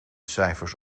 cijfers